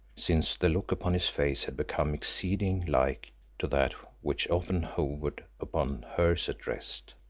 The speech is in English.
since the look upon his face had become exceeding like to that which often hovered upon hers at rest.